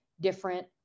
different